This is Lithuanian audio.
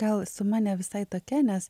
gal suma ne visai tokia nes